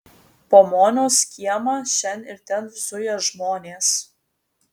po moniaus kiemą šen ir ten zuja žmonės